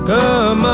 Come